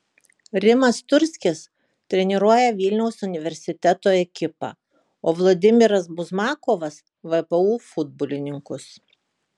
rimas turskis treniruoja vilniaus universiteto ekipą o vladimiras buzmakovas vpu futbolininkus